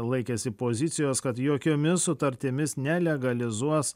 laikėsi pozicijos kad jokiomis sutartimis nelegalizuos